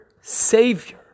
Savior